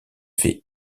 fait